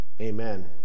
Amen